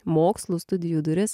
mokslų studijų duris